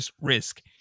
risk